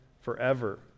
forever